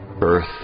earth